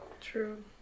true